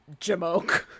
Jamoke